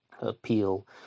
appeal